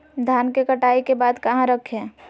धान के कटाई के बाद कहा रखें?